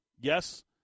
Yes